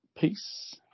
Peace